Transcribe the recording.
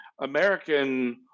American